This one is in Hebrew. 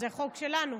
זה חוק שלנו,